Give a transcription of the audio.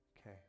Okay